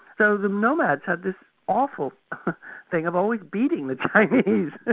so the nomads had this awful thing of always beating the chinese. ah